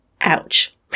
Ouch